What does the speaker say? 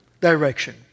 direction